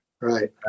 right